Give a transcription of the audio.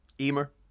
Emer